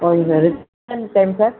okay sir return time sir